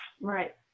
Right